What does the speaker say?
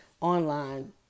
online